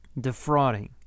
defrauding